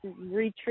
retreat